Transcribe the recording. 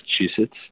Massachusetts